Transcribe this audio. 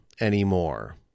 anymore